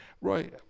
Roy